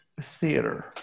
theater